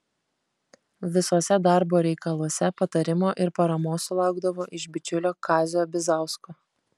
visuose darbo reikaluose patarimo ir paramos sulaukdavo iš bičiulio kazio bizausko